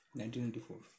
1994